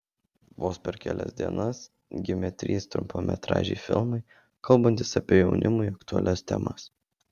vos per kelias dienas gimė trys trumpametražiai filmai kalbantys apie jaunimui aktualias temas